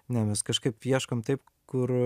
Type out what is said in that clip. ne mes kažkaip ieškom taip kur